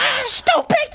stupid